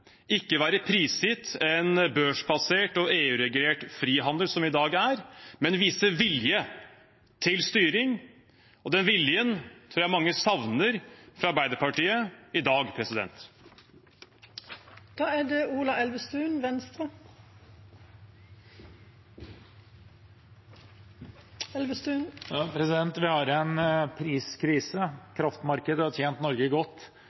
ikke være prisgitt en børsbasert og EU-regulert frihandel som i dag, men vise vilje til styring. Den viljen tror jeg mange savner fra Arbeiderpartiet i dag. Vi har en priskrise. Kraftmarkedet har tjent Norge godt, og det skal det gjøre også framover. Først vil jeg si at jeg har